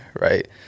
right